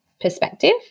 perspective